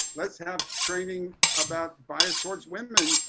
let's have training about bias towards women.